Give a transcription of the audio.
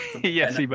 yes